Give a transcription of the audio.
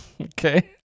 Okay